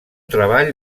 treball